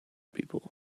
people